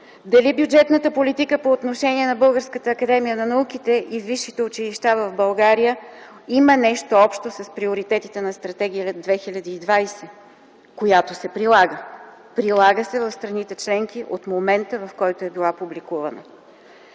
Дали бюджетната политика по отношение на Българската академия на науките и висшите училища в България има нещо общо с приоритетите на „Стратегия 2020”, която се прилага? Прилага се в страните членки от момента, в който е била публикувана.